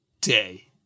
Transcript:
day